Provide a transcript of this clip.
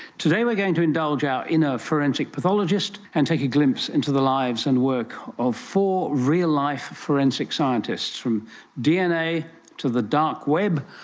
today we are going to indulge our inner forensic pathologist and take a glimpse into the lives and work of four real-life forensic scientists, from dna to the dark web,